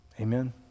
amen